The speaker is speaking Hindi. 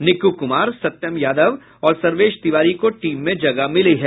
निक्कु कुमार सत्यम यादव और सर्वेश तिवारी को टीम में जगह मिली है